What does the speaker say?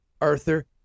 Arthur